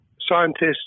Scientists